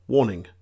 Warning